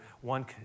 one